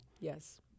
Yes